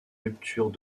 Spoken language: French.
ruptures